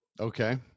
Okay